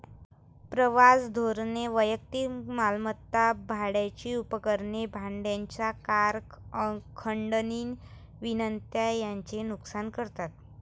प्रवास धोरणे वैयक्तिक मालमत्ता, भाड्याची उपकरणे, भाड्याच्या कार, खंडणी विनंत्या यांचे नुकसान करतात